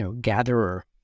gatherer